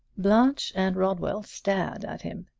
blanche and rodwell stared at him.